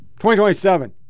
2027